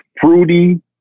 fruity